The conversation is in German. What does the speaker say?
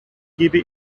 gebe